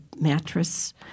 mattress